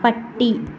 പട്ടി